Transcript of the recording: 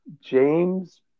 James